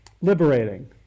liberating